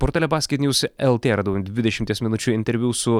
portale basketnews lt radau dvidešimties minučių interviu su